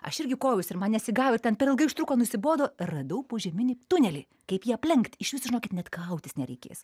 aš irgi koviausi ir man nesigavo ir ten per ilgai užtruko nusibodo ir radau požeminį tunelį kaip jį aplenkt išvis žinokit net kautis nereikės